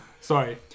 Sorry